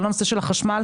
כל הנושא של החשמל,